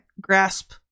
grasp